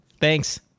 Thanks